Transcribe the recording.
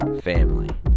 family